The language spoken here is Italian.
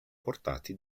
portati